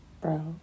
bro